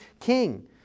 king